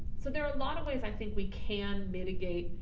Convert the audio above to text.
so there are a lot of ways i think we can mitigate,